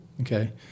Okay